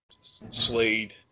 Slade